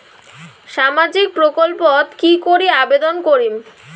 সামাজিক প্রকল্পত কি করি আবেদন করিম?